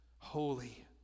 Holy